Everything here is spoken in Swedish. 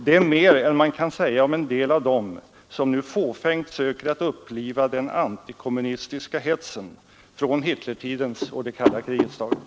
Det är mer än man kan säga om en del av dem som nu fåfängt söker att uppliva den antikommunistiska hetsen från Hitlertiden och det kalla krigets dagar.